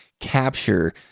capture